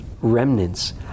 remnants